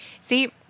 See